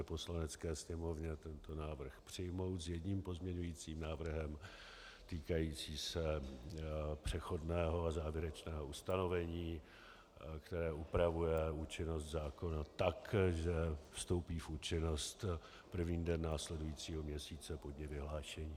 Poslanecké sněmovně tento návrh přijmout s jedním pozměňovacím návrhem týkajícím se přechodného a závěrečného ustanovení, které upravuje účinnost zákona tak, že vstoupí v účinnost první den následujícího měsíce po dni vyhlášení.